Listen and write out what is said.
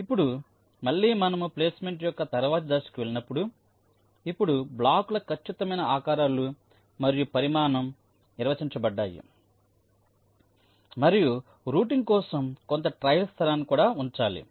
ఇప్పుడు మళ్ళీ మనము ప్లేస్ మెంట్ యొక్క తరువాతి దశకు వెళ్ళినప్పుడు ఇప్పుడు బ్లాకుల ఖచ్చితమైన ఆకారాలు మరియు పరిమాణం నిర్వచించబడ్డాయి మరియు రూటింగ్ కోసం కొంత ట్రయల్ స్థలాన్ని కూడా ఉంచాలి